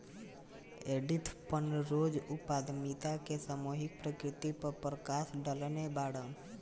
Edith Penrose उद्यमिता के सामूहिक प्रकृति पर प्रकश डलले बाड़न